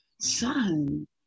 son